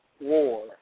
War